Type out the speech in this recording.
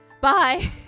Bye